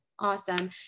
Awesome